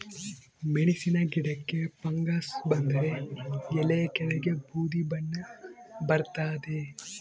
ಮೆಣಸಿನ ಗಿಡಕ್ಕೆ ಫಂಗಸ್ ಬಂದರೆ ಎಲೆಯ ಕೆಳಗೆ ಬೂದಿ ಬಣ್ಣ ಬರ್ತಾದೆ